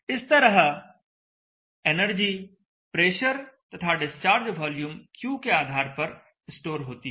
इस तरह energy pressure तथा डिस्चार्ज वॉल्यूम Q के आधार पर स्टोर होती है